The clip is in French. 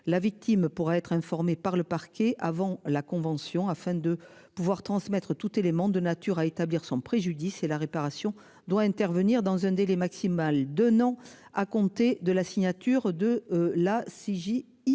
La victime pourra être informé par le parquet avant la convention afin de pouvoir transmettre tout élément de nature à établir son préjudice et la réparation doit intervenir dans un délai maximal de nom à compter de la signature de la CIJ